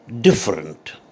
different